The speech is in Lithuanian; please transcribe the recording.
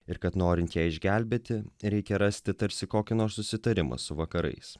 ir kad norint ją išgelbėti reikia rasti tarsi kokį nors susitarimą su vakarais